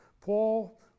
paul